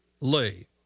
lay